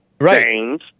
Right